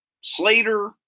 Slater